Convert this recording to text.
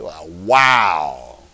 Wow